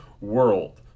world